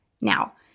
Now